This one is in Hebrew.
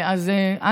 ברור.